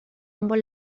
ambos